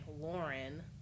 Lauren